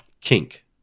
kink